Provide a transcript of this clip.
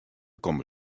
komme